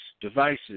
devices